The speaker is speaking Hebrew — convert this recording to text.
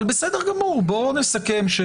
אבל בסדר גמור, בוא נסכם.